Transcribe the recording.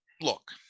look